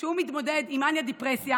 שמתמודד עם מאניה דיפרסיה